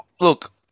look